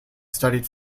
studied